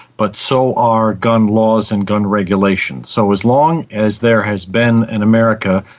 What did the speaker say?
but so are gun laws and gun regulations. so as long as there has been an america,